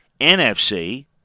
NFC